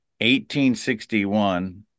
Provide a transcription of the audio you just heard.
1861